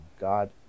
God